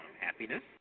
happiness